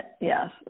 yes